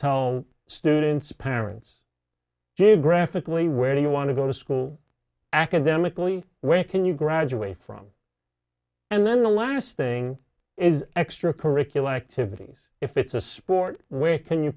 tell students parents gave graphically where do you want to go to school academically where can you graduate from and then the last thing is extracurricular activities if it's a sport where can you